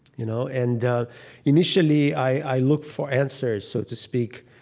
you know? and initially i looked for answers, so to speak,